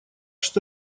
что